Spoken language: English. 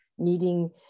needing